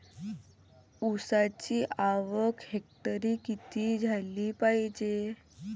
ऊसाची आवक हेक्टरी किती झाली पायजे?